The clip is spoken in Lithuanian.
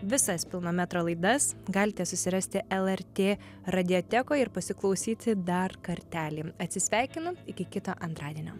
visas pilno metro laidas galite susirasti lrt radijotekoje ir pasiklausyti dar kartelį atsisveikinu iki kito antradienio